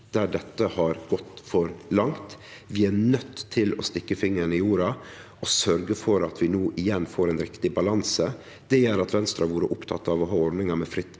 der dette har gått for langt. Vi er nøydde til å stikke fingeren i jorda og sørgje for at vi no igjen får ein riktig balanse. Det gjer at Venstre har vore oppteken av å ha ordninga med fritt